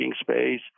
space